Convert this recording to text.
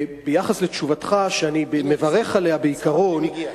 ביחס לתשובתך, שאני מברך עליה בעיקרון,